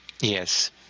Yes